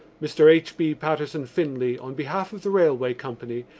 mr. h. b. patterson finlay, on behalf of the railway company,